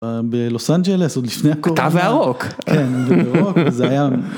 בלוס אנג'לס עוד לפני . אתה והרוק. כן רוק. זה היה...